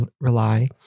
rely